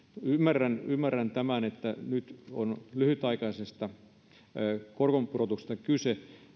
ymmärrän ymmärrän tämän että nyt on lyhytaikaisesta korkojen pudotuksesta kyse